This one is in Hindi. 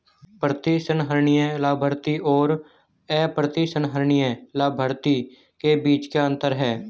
प्रतिसंहरणीय लाभार्थी और अप्रतिसंहरणीय लाभार्थी के बीच क्या अंतर है?